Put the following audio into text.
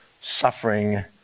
suffering